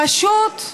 פשוט,